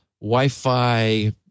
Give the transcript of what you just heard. Wi-Fi